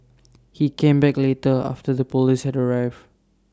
he came back later after the Police had arrived